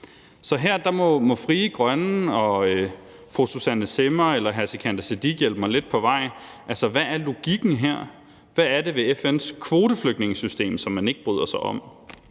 Så her må Frie Grønne og fru Susanne Zimmer eller hr. Sikandar Siddique hjælpe mig lidt på vej. Altså, hvad er logikken her? Hvad er det ved FN's kvoteflygtningesystem, som man ikke bryder sig om?